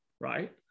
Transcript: right